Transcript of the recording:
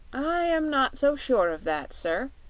i am not so sure of that, sir,